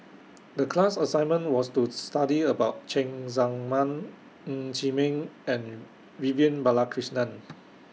The class assignment was to study about Cheng Tsang Man Ng Chee Meng and Vivian Balakrishnan